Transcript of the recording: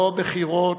לא בחירות,